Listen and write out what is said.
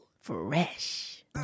fresh